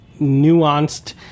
nuanced